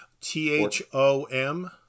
T-H-O-M